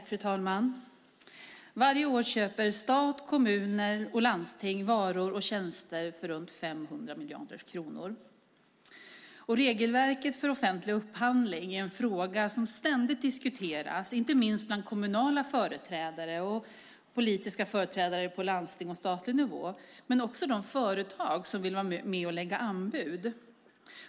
Fru talman! Varje år köper stat, kommuner och landsting varor och tjänster för runt 500 miljarder kronor. Regelverket för offentlig upphandling är en fråga som ständigt diskuteras, inte minst bland politiska företrädare på kommunal, landstingskommunal och statlig nivå, men också bland de företag som vill vara med och lägga anbud.